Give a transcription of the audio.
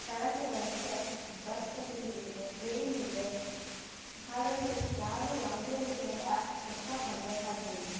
ಸ್ಥಳಕ್ಕೆ ಬರೋಕ್ಕೆ bus facility ಇದೆ ಟ್ರೇನಿದೆ ಹಾಗಾಗಿ ಯಾರೂ ಯಾವುದೇ ರೀತಿಯಾದ ಕಷ್ಟಪಡಬೇಕಾದ್ದೇನಿಲ್ಲ